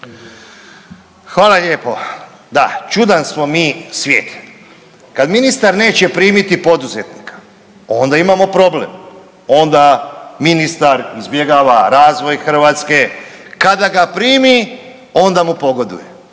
Hvala lijepo. Da, čudan smo mi svijet. Kad ministar neće primiti poduzetnika onda imamo problem, onda ministar izbjegava razvoj Hrvatske, kada ga primi onda mu pogoduje,